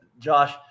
Josh